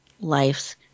life's